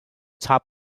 top